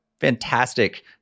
Fantastic